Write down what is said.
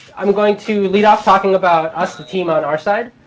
i'm going to lead off talking about us, the team on our side,